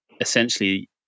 essentially